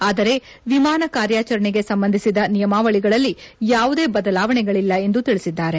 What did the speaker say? ಆದರೆ ವಿಮಾನ ಕಾರ್ಯಾಚರಣೆಗೆ ಸಂಬಂಧಿಸಿದ ನಿಯಮಾವಳಿಗಳಲ್ಲಿ ಯಾವುದೇ ಬದಲಾವಣೆಗಳಲ್ಲ ಎಂದು ತಿಳಿಸಿದ್ದಾರೆ